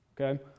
okay